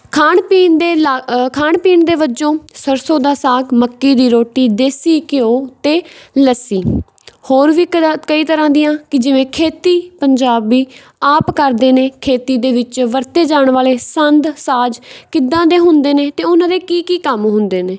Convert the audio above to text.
ਖਾਣ ਪੀਣ ਦੇ ਲਾ ਖਾਣ ਪੀਣ ਦੇ ਵਜੋਂ ਸਰਸੋਂ ਦਾ ਸਾਗ ਮੱਕੀ ਦੀ ਰੋਟੀ ਦੇਸੀ ਘਿਓ ਅਤੇ ਲੱਸੀ ਹੋਰ ਵੀ ਕਰਾ ਕਈ ਤਰ੍ਹਾਂ ਦੀਆਂ ਕਿ ਜਿਵੇਂ ਖੇਤੀ ਪੰਜਾਬੀ ਆਪ ਕਰਦੇ ਨੇ ਖੇਤੀ ਦੇ ਵਿੱਚ ਵਰਤੇ ਜਾਣ ਵਾਲੇ ਸੰਦ ਸਾਜ ਕਿੱਦਾਂ ਦੇ ਹੁੰਦੇ ਨੇ ਅਤੇ ਉਹਨਾਂ ਦੇ ਕੀ ਕੀ ਕੰਮ ਹੁੰਦੇ ਨੇ